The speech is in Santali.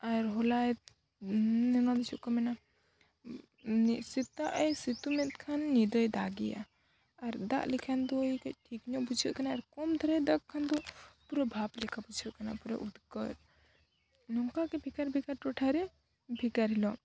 ᱟᱨ ᱦᱚᱞᱟᱭ ᱱᱚᱣᱟ ᱫᱚ ᱪᱮᱫ ᱠᱚ ᱢᱮᱱᱟ ᱢᱤᱫ ᱥᱮᱛᱟᱜ ᱮ ᱥᱤᱛᱩᱝ ᱮᱫᱠᱷᱟᱱ ᱧᱤᱫᱟᱹᱭ ᱫᱟᱜᱮᱜᱼᱟ ᱟᱨ ᱫᱟᱜ ᱞᱮᱠᱷᱟᱱ ᱫᱚᱭ ᱠᱟᱹᱡ ᱴᱷᱤᱠ ᱧᱚᱜ ᱵᱩᱡᱷᱟᱹᱜ ᱠᱟᱱᱟ ᱠᱚᱢ ᱫᱷᱟᱨᱟᱭ ᱫᱟᱜᱽ ᱠᱷᱟᱱ ᱫᱚ ᱯᱩᱨᱟᱹ ᱵᱷᱟᱵᱽ ᱞᱮᱠᱟ ᱵᱩᱡᱷᱟᱹᱜ ᱠᱟᱱᱟ ᱯᱩᱨᱟᱹ ᱩᱫᱽᱜᱟᱹᱨ ᱱᱚᱝᱠᱟᱜᱮ ᱵᱷᱮᱜᱟᱨ ᱵᱷᱮᱜᱟᱨ ᱴᱚᱴᱷᱟᱨᱮ ᱵᱷᱮᱜᱟᱨ ᱧᱚᱜ